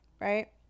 right